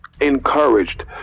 encouraged